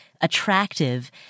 attractive